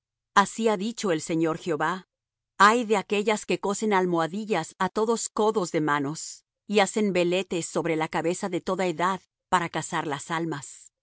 así ha dicho el señor jehová ay de aquellas que cosen almohadillas á todos codos de manos y hacen veletes sobre la cabeza de toda edad para cazar las almas